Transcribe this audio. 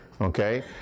Okay